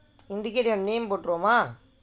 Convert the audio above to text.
indicate their name போட்டிருவோமா:pottiruvomaa